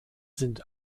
sind